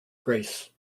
grace